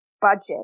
budget